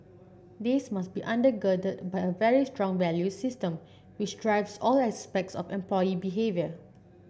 this must be under girded by a very strong value system which drives all aspects of employee behaviour